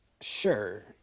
sure